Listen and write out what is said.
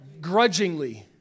grudgingly